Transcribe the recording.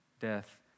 Death